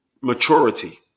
maturity